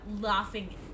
laughing